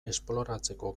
esploratzeko